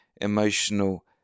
emotional